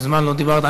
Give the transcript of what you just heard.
מזמן לא דיברת.